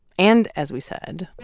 and as we said,